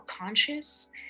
conscious